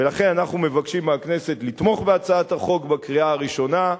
ולכן אנחנו מבקשים מהכנסת לתמוך בהצעת החוק בקריאה הראשונה,